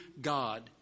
God